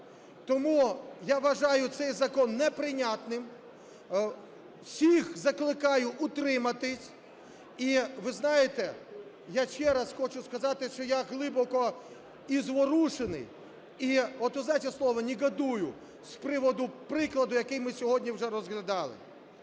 Тому я вважаю цей закон неприйнятним. Всіх закликаю утриматися. І, ви знаєте, я ще раз хочу сказати, що я глибоко і зворушений, і знаєте слово "негодую", з приводу прикладу, який ми сьогодні вже розглядали.